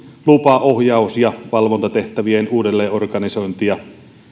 lupa ohjaus ja valvontatehtävien uudelleenorganisointia